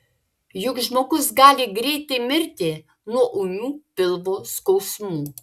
juk žmogus gali greitai mirti nuo ūmių pilvo skausmų